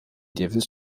davis